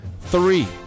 three